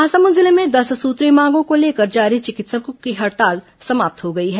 महासमुंद जिले में दस सूत्रीय मांगों को लेकर जारी चिकित्सकों की हड़ताल समाप्त हो गई है